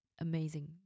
amazing